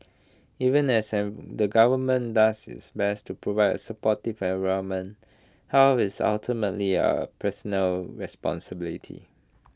even as the government does its best to provide A supportive environment health is ultimately A personal responsibility